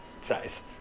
size